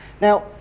Now